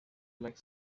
like